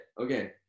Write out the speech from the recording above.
Okay